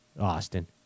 Austin